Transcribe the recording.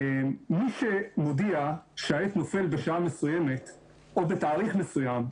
מי שמודיע שהעט נופל בשעה מסוימת או בתאריך מסוים,